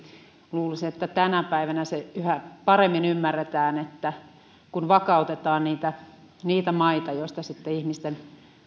luulisi että tänä päivänä se yhä paremmin ymmärretään että vakautetaan niitä niitä maita joista ihmisten